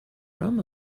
from